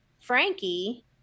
Frankie